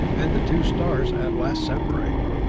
and the two stars at last separate.